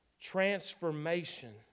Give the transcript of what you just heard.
Transformation